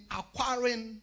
acquiring